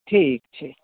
ठीक छै